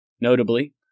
Notably